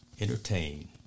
entertain